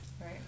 Right